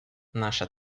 наша